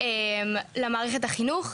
למערכת החינוך.